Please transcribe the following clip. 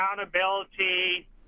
accountability